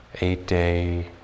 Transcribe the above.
eight-day